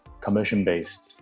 commission-based